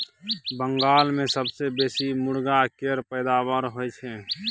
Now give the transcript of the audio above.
बंगाल मे सबसँ बेसी मुरगा केर पैदाबार होई छै